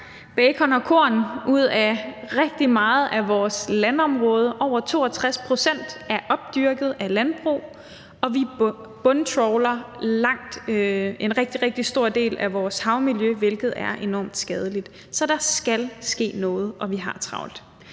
bacon og korn ud af rigtig meget af vores landområde – over 62 pct. er opdyrket til landbrug – og vi bundtrawler i en rigtig stor del af vores havområder, hvilket er enormt skadeligt. Så der skal ske noget, og vi har travlt.